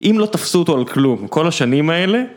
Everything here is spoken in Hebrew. אם לא תפסו אותו על כלום כל השנים האלה..